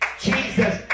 Jesus